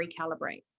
recalibrate